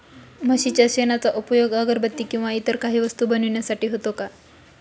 म्हशीच्या शेणाचा उपयोग अगरबत्ती किंवा इतर काही वस्तू बनविण्यासाठी होतो का?